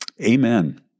Amen